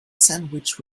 sandwich